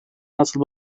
nasıl